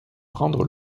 prendre